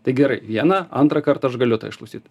tai gerai vieną antrą kartą aš galiu tą ištaisyt